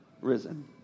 risen